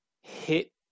hit